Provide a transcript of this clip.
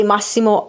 Massimo